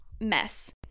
mess